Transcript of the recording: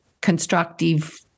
constructive